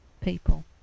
people